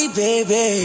baby